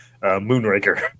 Moonraker